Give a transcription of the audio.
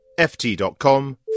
ft.com